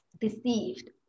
deceived